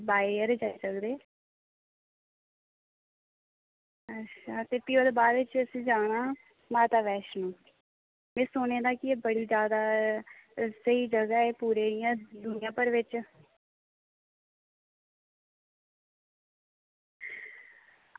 वॉय air जाई सकदे ते भी ओह्दे बाद असें जाना माता वैष्णो ते एह् बड़ी जादा स्हेई जगह ऐ पूरे इंया जेएंडके बिच